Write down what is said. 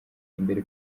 imbere